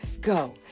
go